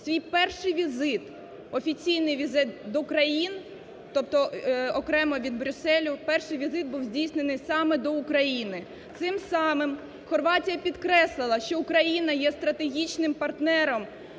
свій перший візит, офіційний візит до країн, тобто окремо від Брюсселю, перший візит був здійснений саме до України. Цим самим Хорватія підкреслила, що Україна є стратегічним партнером.